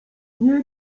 nie